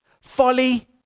Folly